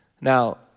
Now